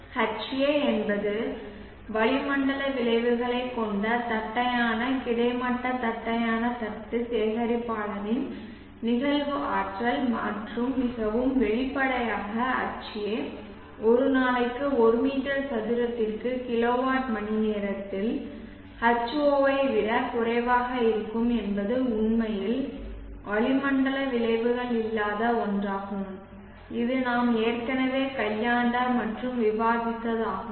Ha என்பது வளிமண்டல விளைவுகளைக் கொண்ட தட்டையான கிடைமட்ட தட்டையான தட்டு சேகரிப்பாளரின் நிகழ்வு ஆற்றல் மற்றும் மிகவும் வெளிப்படையாக Ha ஒரு நாளைக்கு ஒரு மீட்டர் சதுரத்திற்கு கிலோவாட் மணிநேரத்தில் H0 ஐ விட குறைவாக இருக்கும் என்பது உண்மையில் வளிமண்டல விளைவுகள் இல்லாத ஒன்றாகும் இது நாம் ஏற்கனவே கையாண்ட மற்றும் விவாதித்ததாகும்